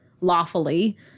lawfully